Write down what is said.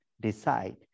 decide